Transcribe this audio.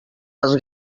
les